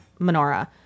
menorah